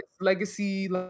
legacy